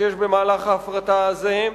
שיש במהלך ההפרטה הזה,